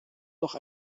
noch